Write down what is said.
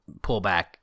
pullback